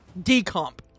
decomp